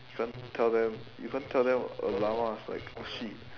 can't tell them you can't tell them a llama is like a sheep